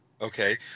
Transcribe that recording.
okay